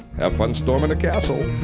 have fun storming the castle!